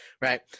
right